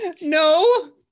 no